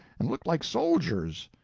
and looked like soldiers.